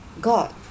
God